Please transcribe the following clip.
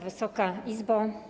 Wysoka Izbo!